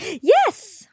Yes